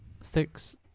Six